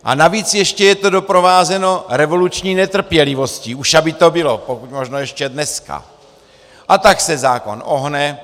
A navíc ještě je to doprovázeno revoluční netrpělivostí, už aby to bylo, pokud možno ještě dneska, a tak se zákon ohne.